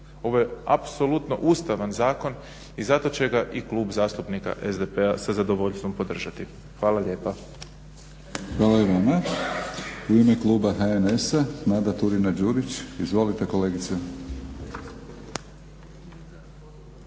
ovo je apsolutno ustavan zakon i zato će ga i Klub zastupnika SDP-a sa zadovoljstvom podržati. Hvala lijepa. **Batinić, Milorad (HNS)** Hvala vama. U ime kluba HNS-a Nada Turina-Đurić. Izvolite kolegice.